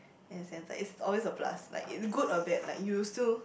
in a sense like it's always a plus like it good or bad like you'll still